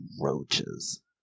roaches